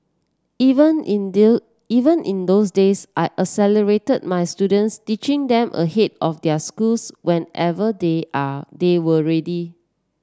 even in deal even in those days I accelerated my students teaching them ahead of their schools whenever they are they were ready